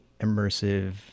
immersive